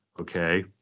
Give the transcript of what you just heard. okay